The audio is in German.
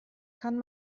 kann